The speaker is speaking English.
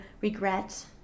regret